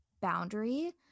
boundary